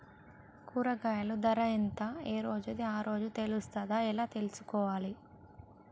కూరగాయలు ధర ఎంత ఏ రోజుది ఆ రోజే తెలుస్తదా ఎలా తెలుసుకోవాలి?